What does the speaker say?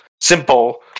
simple